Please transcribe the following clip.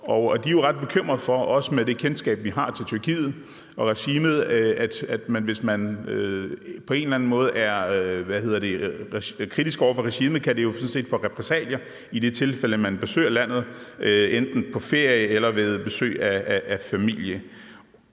og de er jo, også med det kendskab vi har til Tyrkiet og regimet dér, ret bekymrede for, at det, hvis man på en eller anden måde er kritisk over regimet, kan medføre repressalier i det tilfælde, at man besøger landet enten på ferie eller ved besøg hos familie.